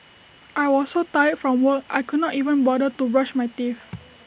I was so tired from work I could not even bother to brush my teeth